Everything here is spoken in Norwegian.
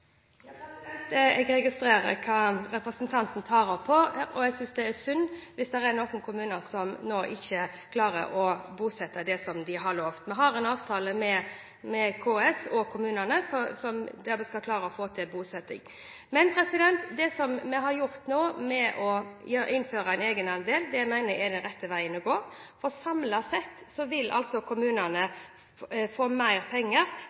Jeg registrerer hva representanten tar opp. Jeg synes det er synd hvis det er noen kommuner som ikke klarer å bosette, slik de har lovet. Vi har en avtale med KS og kommunene, som skal klare å få til bosetting. Det vi nå har gjort, innført en egenandel, mener jeg er den rette veien å gå. Samlet sett vil kommunene få mer penger